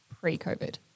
pre-COVID